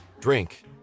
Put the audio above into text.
drink